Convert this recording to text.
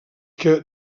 que